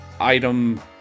item